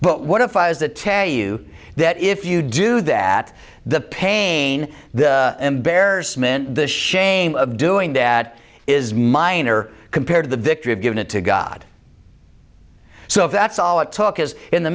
but what if i was that tell you that if you do that the pain the embarrassment the shame of doing that is minor compared to the victory of giving it to god so if that's all it took is in the